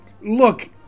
look